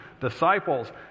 disciples